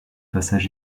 passage